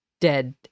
dead